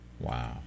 Wow